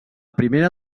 primera